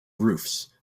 roofs